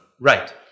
Right